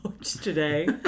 today